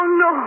no